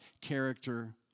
character